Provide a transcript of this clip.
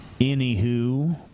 anywho